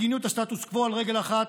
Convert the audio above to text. מדיניות הסטטוס קוו, על רגל אחת,